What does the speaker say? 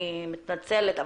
אני מתנצלת,